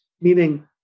meaning